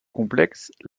complexe